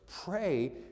Pray